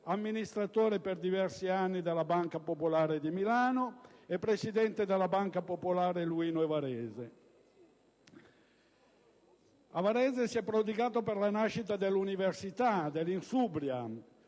amministratore, per diversi anni, della Banca popolare di Milano e presidente della Banca popolare di Luino e Varese. A Varese si è prodigato per la nascita dell'Università Insubria